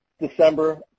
December